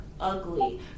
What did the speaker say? ugly